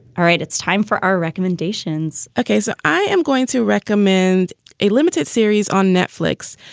all right. it's time for our recommendations ok, so i am going to recommend a limited series on netflix.